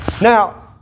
Now